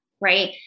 Right